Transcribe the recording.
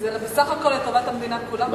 כי זה בסך הכול לטובת המדינה כולה.